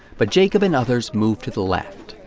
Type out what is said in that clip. but jacob and others move to the left.